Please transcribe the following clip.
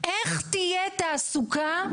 איך תהיה תעסוקה,